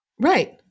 Right